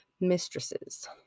mistresses